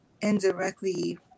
indirectly